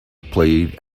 played